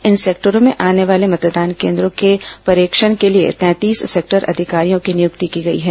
इन सेक्टरों में आने बाले मतदान केन्द्रों के पर्यवेक्षण के लिए तैंतीस सेक्टर अधिकारियों की नियुक्ति की गई है